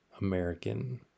American